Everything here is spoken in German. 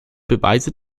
beweise